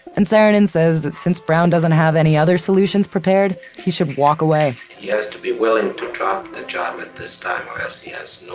and saarinen says that since brown doesn't have any other solutions prepared, he should walk away he has to be willing to drop the job at this time or